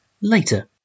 later